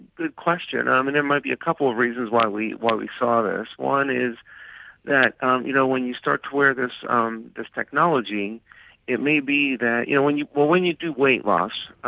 good question. there um and and might be a couple of reasons why we why we saw this. one is that um you know when you start to wear this um this technology it may be that, you know when you when you do weight loss,